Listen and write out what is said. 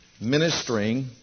ministering